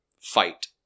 fight